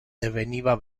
deveniva